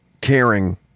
caring